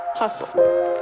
hustle